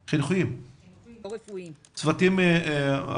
פרופ' הרשקו,